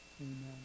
Amen